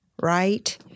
Right